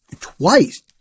Twice